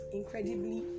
incredibly